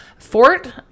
Fort